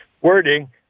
wording